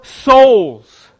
souls